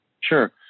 Sure